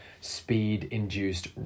speed-induced